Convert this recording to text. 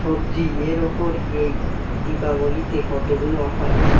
সবজি এর ওপর এই দীপাবলিতে কতোগুলো অফার আছে